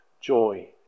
joy